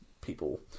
People